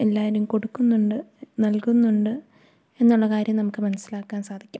എല്ലാവരും കൊടുക്കുന്നുണ്ട് നൽകുന്നുണ്ട് എന്നുള്ള കാര്യം നമുക്കു മനസ്സിലാക്കാൻ സാധിക്കും